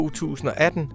2018